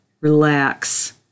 relax